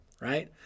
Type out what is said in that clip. right